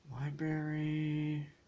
Library